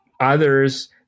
Others